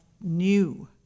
new